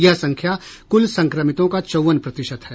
यह संख्या कुल संक्रमितों का चौवन प्रतिशत है